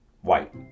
white